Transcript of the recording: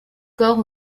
corps